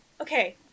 Okay